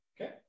Okay